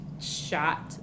shot